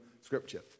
Scripture